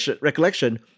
recollection